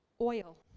oil